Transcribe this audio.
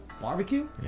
barbecue